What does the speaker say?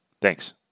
Thanks